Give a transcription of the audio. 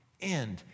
end